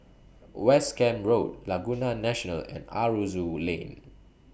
West Camp Road Laguna National and Aroozoo Lane